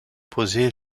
posée